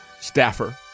staffer